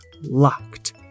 locked